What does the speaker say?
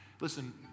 listen